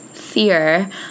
fear